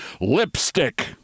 lipstick